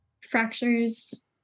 fractures